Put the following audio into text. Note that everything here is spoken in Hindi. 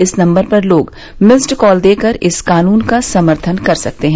इस नम्बर पर लोग मिस्ड कॉल देकर इस कानून का समर्थन कर सकते हैं